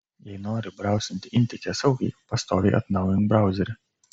jei nori brausinti intike saugiai pastoviai atnaujink brauserį